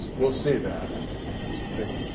we'll see that. i mean that's a big